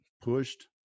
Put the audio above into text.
pushed